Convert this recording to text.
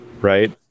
right